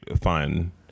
fun